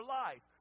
life